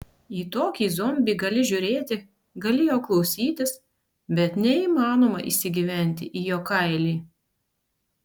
į tokį zombį gali žiūrėti gali jo klausytis bet neįmanoma įsigyventi į jo kailį